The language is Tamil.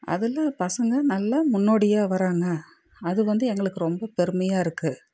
பசங்க நல்ல முன்னோடியாக வர்றாங்க அது வந்து எங்களுக்கு ரொம்ப பெருமையாக இருக்குது